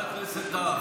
חבר הכנסת טאהא,